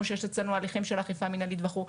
שיש אצלינו הליכים של אכיפה ומנהלית וכולי.